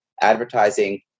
advertising